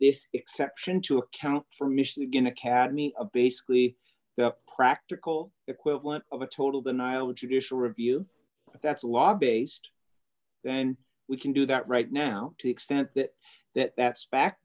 this exception to account for michigan academy of basically the practical equivalent of a total denial of judicial review but that's a law based then we can do that right now to extent that that that's fac